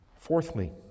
Fourthly